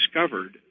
discovered